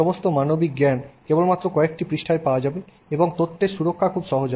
সমস্ত মানবিক জ্ঞান কেবলমাত্র কয়েকটি পৃষ্ঠায় পাওয়া যাবে এবং তথ্যের সুরক্ষা খুব সহজ হবে